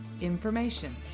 information